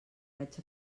vaig